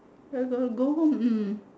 there's a go home hmm